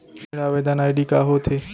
ऋण आवेदन आई.डी का होत हे?